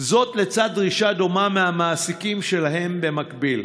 זאת לצד דרישה דומה מהמעסיקים שלהם במקביל.